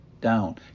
down